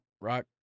Rock